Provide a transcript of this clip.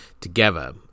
together